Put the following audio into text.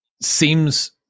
seems